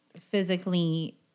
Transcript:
physically